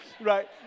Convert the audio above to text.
right